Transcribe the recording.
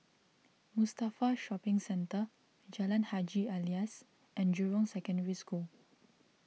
Mustafa Shopping Centre Jalan Haji Alias and Jurong Secondary School